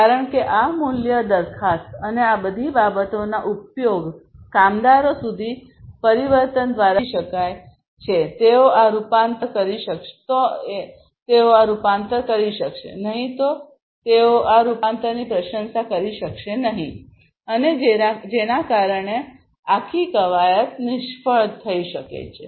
કારણ કે આ મૂલ્ય દરખાસ્ત અને આ બધી બાબતોના ઉપયોગ કામદારો સુધી પરિવર્તન દ્વારા સમજી શકાય છેતેઓ આ રૂપાંતર કરી શકશે નહીં તેઓ આ રૂપાંતરની પ્રશંસા કરી શકશે નહીં અને જેના કારણે આખી કવાયત નિષ્ફળ થઈ શકે છે